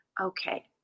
Okay